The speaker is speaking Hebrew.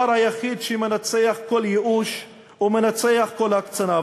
היחיד שמנצח כל ייאוש ומנצח כל הקצנה.